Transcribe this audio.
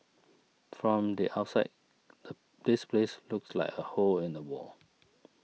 from the outside this place looks like a hole in the wall